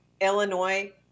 Illinois